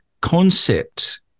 concept